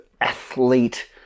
athlete